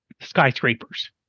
skyscrapers